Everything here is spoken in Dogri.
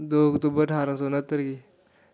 दो अक्तूबर ठारां सौ नह्त्तर गी